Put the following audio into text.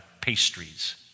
pastries